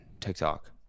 tiktok